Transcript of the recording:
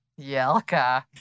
Yelka